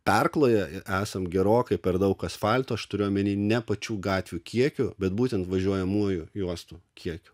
perkloję esam gerokai per daug asfalto aš turiu omeny ne pačių gatvių kiekiu bet būtent važiuojamųjų juostų kiek